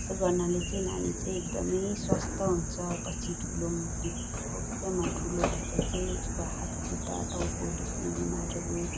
त्यसो गर्नाले चाहिँ नानी चाहिँ एकदमै स्वस्थ्य हुन्छ पछि ठुलो भविष्यमा ठुलो भएर चाहिँ उसको हात खुट्टा टाउको दुख्ने बिमारहरू